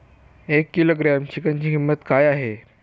एक किलोग्रॅम चिकनची किंमत काय आहे?